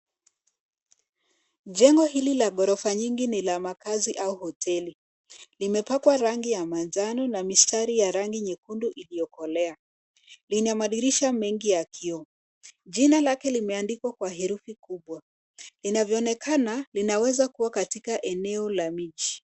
Jengo hili la ghorofa nyingi ni la makaazi au hoteli. Limepakwa rangi ya manjano na mistari ya rangi nyekundu iliyokolea. Lina madirisha mengi ya kioo. Jina lake limeandikwa kwa herufi kubwa. Linavyoonekana linaweza kuwa katika eneo la miji.